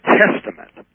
testament